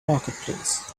marketplace